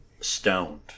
stoned